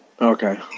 Okay